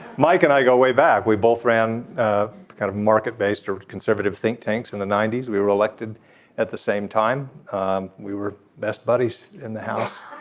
mike and i go way back we both ran kind of market based conservative think tanks in the ninety s we were elected at the same time um we were best buddies in the house.